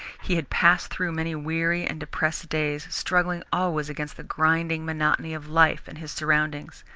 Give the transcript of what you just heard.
he had passed through many weary and depressed days, struggling always against the grinding monotony of life and his surroundings.